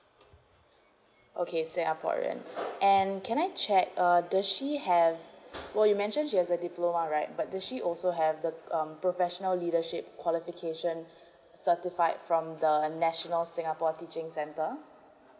okay singaporean and can I check uh does she have for you mentioned she has a diploma right but does she also have the um professional leadership qualification certified from the national singapore teaching centre